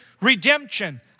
redemption